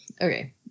Okay